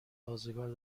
آزگار